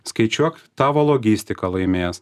skaičiuok tavo logistika laimės